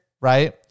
right